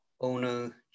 owner